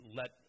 let